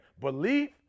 belief